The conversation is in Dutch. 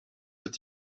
het